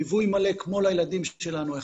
ליווי מלא כמו לילדים שלנו,